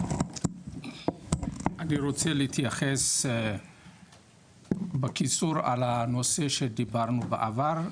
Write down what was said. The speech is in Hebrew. אני רוצה להתייחס בקיצור על הנושא שדיברנו בעבר,